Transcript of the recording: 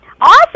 Awesome